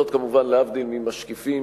כמובן להבדיל ממשקיפים,